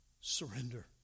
surrender